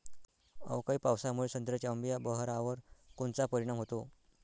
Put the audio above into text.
अवकाळी पावसामुळे संत्र्याच्या अंबीया बहारावर कोनचा परिणाम होतो?